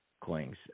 Coins